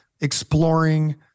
exploring